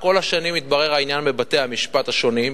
כל השנים התברר העניין בבתי-המשפט השונים,